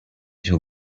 till